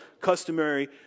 customary